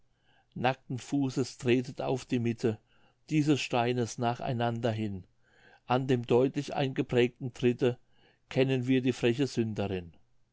nackten fußes tretet auf die mitte dieses steines nach einander hin an dem deutlich eingeprägten tritte kennen wir die freche sünderin